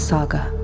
Saga